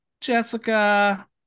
Jessica